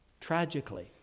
Tragically